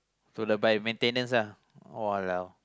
to abide maintenance lah !walao!